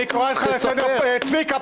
צביקה,